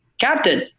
captain